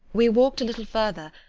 we walked a little further,